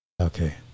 Okay